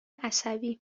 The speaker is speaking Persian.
عصبی